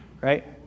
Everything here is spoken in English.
right